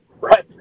Right